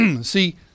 See